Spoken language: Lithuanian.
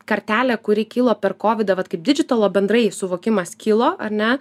kartelė kuri kilo per kovidą vat kaip didžitalo bendrai suvokimas kilo ar ne